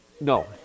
No